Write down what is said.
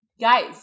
Guys